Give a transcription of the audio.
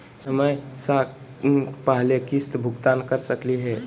समय स पहले किस्त भुगतान कर सकली हे?